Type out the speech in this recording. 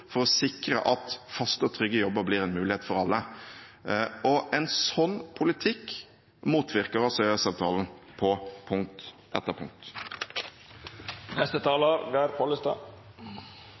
kontor, og sikre at faste og trygge jobber blir en mulighet for alle. EØS-avtalen motvirker en slik politikk på punkt etter punkt.